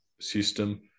system